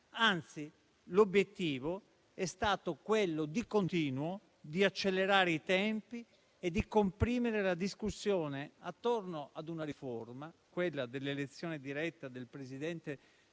Anzi, l'obiettivo è stato di continuo quello di accelerare i tempi e di comprimere la discussione attorno a una riforma, quella dell'elezione diretta del Presidente